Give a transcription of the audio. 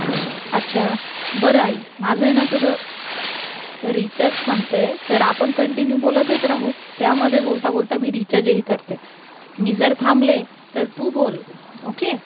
हिश अच्छा बरं आई माझं आहे ना थोडं रिचार्ज संपत आहे तर आपण कंटिन्यू बोलतच राहू त्यामध्ये बोलता बोलता मी रिचार्जही करते मी जर थांबले तर तू बोल ओके